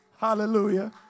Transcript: Hallelujah